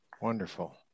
wonderful